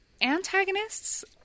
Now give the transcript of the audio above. Antagonists